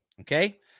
okay